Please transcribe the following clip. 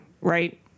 right